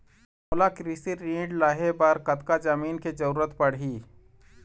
मोला कृषि ऋण लहे बर कतका जमीन के जरूरत पड़ही?